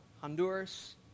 Honduras